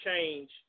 change